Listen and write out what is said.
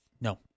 No